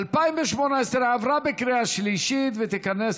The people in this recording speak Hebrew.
התשע"ח 2018, נתקבל.